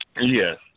Yes